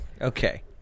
Okay